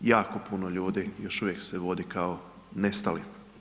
Jako puno ljudi još uvijek se vodi kao nestali.